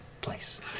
place